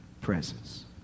presence